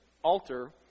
altar